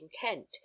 Kent